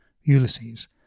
Ulysses